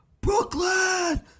brooklyn